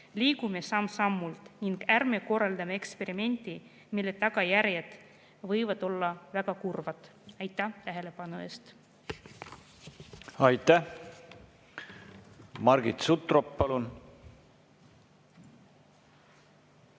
Liigume samm-sammult ning ärme korraldame eksperimenti, mille tagajärjed võivad olla väga kurvad. Aitäh tähelepanu eest! Aitäh! Margit Sutrop, palun!